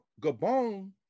Gabon